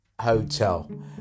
Hotel